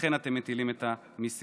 ולכן אתם מטילים את המיסים.